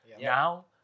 now